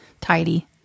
tidy